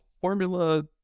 formula